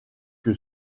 que